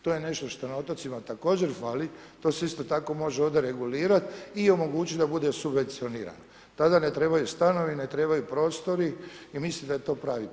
To je nešto što na otocima također fali, to se isto tako može ovdje regulirati i omogućiti da bude subvencionirano. ... ne trebaju stanovi, ne trebaju prostori i mislim da je to pravi put.